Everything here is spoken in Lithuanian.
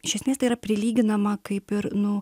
iš esmės tai yra prilyginama kaip ir nu